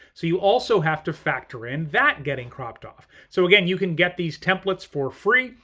so you also have to factor in that getting cropped off. so again, you can get these templates for free.